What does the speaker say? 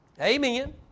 Amen